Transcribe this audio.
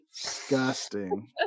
Disgusting